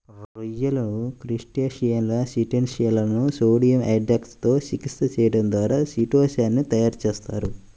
రొయ్యలు, క్రస్టేసియన్ల చిటిన్ షెల్లను సోడియం హైడ్రాక్సైడ్ తో చికిత్స చేయడం ద్వారా చిటో సాన్ ని తయారు చేస్తారు